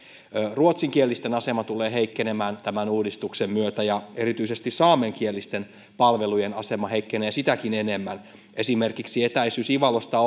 ruotsinkielisten asema tulee heikkenemään tämän uudistuksen myötä ja erityisesti saamenkielisten palvelujen asema heikkenee sitäkin enemmän esimerkiksi etäisyys ivalosta